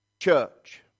Church